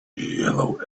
yellow